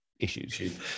Issues